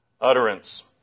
utterance